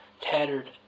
tattered